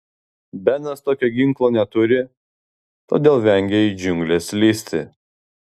benas tokio ginklo neturi todėl vengia į džiungles lįsti